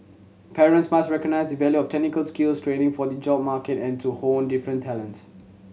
parents must recognise the value of technical skills training for the job market and to hone different talents